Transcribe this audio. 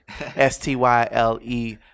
s-t-y-l-e